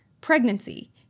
pregnancy